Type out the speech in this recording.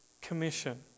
commission